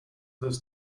this